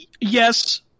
Yes